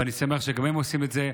ואני שמח שגם הם עושים את זה.